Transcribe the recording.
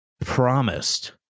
promised